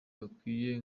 bakwiye